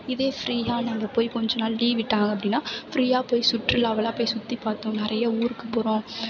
இதே பிரீயாக நம்ம போய் கொஞ்ச நாள் லீவு விட்டாங்க அப்படினா பிரீயாக போய் சுற்றுலாவெலாம் போய் சுற்றி பார்த்தோம் நிறையா ஊருக்கு போகிறோம்